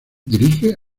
dirige